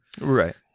Right